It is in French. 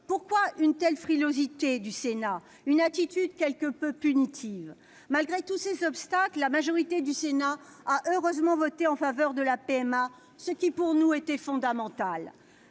Pourquoi une telle frilosité du Sénat, une attitude quelque peu punitive ? Malgré tous ces obstacles, la majorité du Sénat a heureusement voté en faveur de la PMA, ce qui pour nous était fondamental.